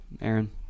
Aaron